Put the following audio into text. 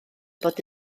bod